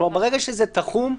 כלומר, ברגע שזה תחום,